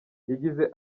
yagize